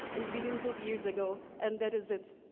and billions of years ago, and that is it?